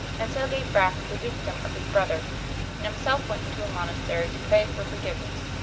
and so gave back the dukedom of his brother and himself went into a monastery to pray for forgiveness.